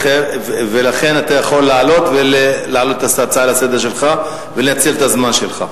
ולכן אתה יכול להעלות את ההצעה שלך ולנצל את הזמן שלך,